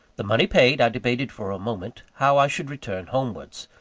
the money paid, i debated for a moment how i should return homewards.